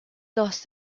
thus